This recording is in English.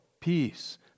peace